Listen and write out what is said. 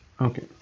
Okay